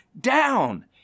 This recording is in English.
down